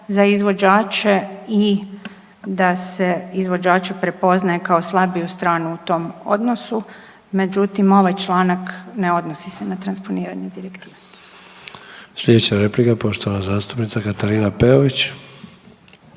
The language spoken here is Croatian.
za izvođače i da se izvođače prepoznaje kao slabiju stranu u tom odnosu. Međutim, ovaj članak ne odnosi se na transponiranje direktive. **Sanader, Ante (HDZ)** Slijedeća replika, poštovana zastupnica Katarina Peović.